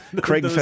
Craig